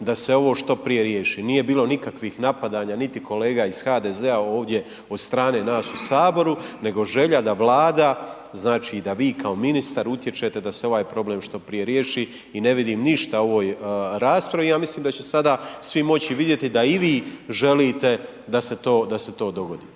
da se ovo što prije riješi. Nije bilo nikakvih napadanja niti kolega iz HDZ-a ovdje od strane nas u Saboru, nego želja da Vlada, znači da vi kao ministar utječe da se ovaj problem što prije riješi i ne vidim ništa u ovoj raspravi, ja mislim da će sada svi moći vidjeti da i vi želi da se to dogodi.